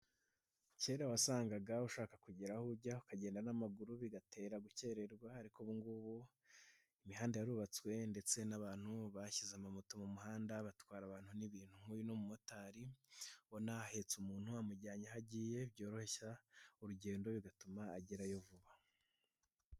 Kera wasangaga ushaka kugira aho ujya ukagenda n'amaguru bigatera gukererwa ariko ubu ngubu imihanda yarubatswe ndetse n'abantu bashyize amamoto mu muhanda batwara abantu n'ibintu, nk'uyu ni umumotari ubona ahetse umuntu amujyanye aho agiye byoroshya urugendo bigatuma agerayo vuba.